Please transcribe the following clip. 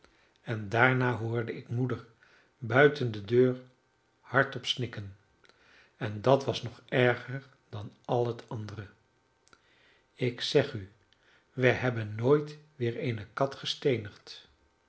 en daarna hoorde ik moeder buiten de deur hardop snikken en dat was nog erger dan al het andere ik zeg u wij hebben nooit weer eene kat gesteenigd